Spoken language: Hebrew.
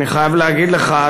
ואני חייב להגיד לך,